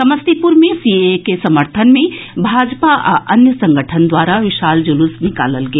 समस्तीपुर मे सीएए के समर्थन मे भाजपा आ अन्य संगठन द्वारा विशाल जुलूस निकालल गेल